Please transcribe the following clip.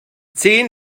zehn